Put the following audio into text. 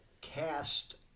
cast